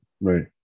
Right